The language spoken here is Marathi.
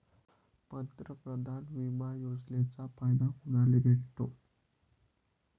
पंतप्रधान बिमा योजनेचा फायदा कुनाले भेटतो?